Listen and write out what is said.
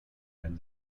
and